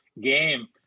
game